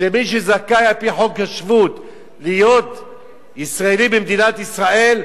שמי שזכאי על-פי חוק השבות להיות ישראלי במדינת ישראל,